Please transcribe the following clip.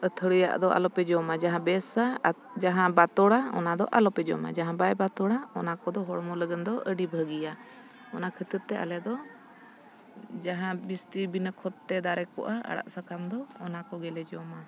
ᱟᱹᱛᱷᱟᱹᱲᱤᱭᱟᱜ ᱫᱚ ᱟᱞᱚᱯᱮ ᱡᱚᱢᱟ ᱡᱟᱦᱟᱸ ᱵᱮᱥᱟ ᱡᱟᱦᱟᱸ ᱵᱟᱛᱳᱲᱟ ᱚᱱᱟ ᱫᱚ ᱟᱞᱚᱯᱮ ᱡᱚᱢᱟ ᱡᱟᱦᱟᱸ ᱵᱟᱭ ᱵᱟᱛᱳᱲᱟ ᱚᱱᱟ ᱠᱚᱫᱚ ᱦᱚᱲᱢᱚ ᱞᱟᱹᱜᱤᱫ ᱫᱚ ᱟᱹᱰᱤ ᱵᱷᱟᱹᱜᱤᱭᱟ ᱚᱱᱟ ᱠᱷᱟᱹᱛᱤᱨ ᱛᱮ ᱟᱞᱮ ᱫᱚ ᱡᱟᱦᱟᱸ ᱵᱤᱥᱛᱤ ᱵᱤᱱᱟᱹ ᱠᱷᱚᱛ ᱛᱮ ᱫᱟᱨᱮ ᱠᱚᱜᱼᱟ ᱟᱲᱟᱜ ᱥᱟᱠᱟᱢ ᱫᱚ ᱚᱱᱟ ᱠᱚᱜᱮᱞᱮ ᱡᱚᱢᱟ